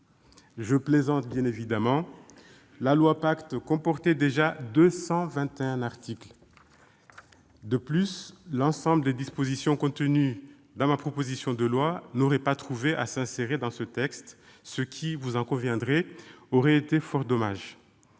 Je plaisante, bien évidemment ! La loi Pacte comportait déjà 221 articles ... De plus, toutes les dispositions contenues dans ma proposition de loi n'auraient pas trouvé leur place dans ce texte, ce qui, vous en conviendrez, aurait été fort dommage.